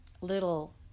little